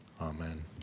Amen